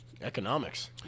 Economics